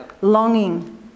longing